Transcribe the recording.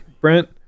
brent